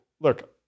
look